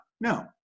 no